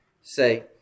say